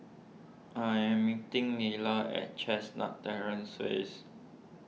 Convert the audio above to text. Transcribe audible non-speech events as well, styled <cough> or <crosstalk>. I am meeting Lelar at Chestnut Terrace <unintelligible>